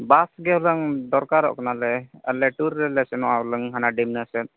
ᱵᱟᱥ ᱜᱮ ᱦᱩᱱᱟᱹᱝ ᱫᱚᱨᱠᱟᱨᱚᱜ ᱠᱟᱱᱟᱞᱮ ᱟᱞᱮ ᱴᱩᱨ ᱨᱮᱞᱮ ᱥᱮᱱᱚᱜᱼᱟ ᱦᱩᱱᱟᱹᱝ ᱦᱟᱱᱟ ᱰᱤᱢᱱᱟ ᱥᱮᱫ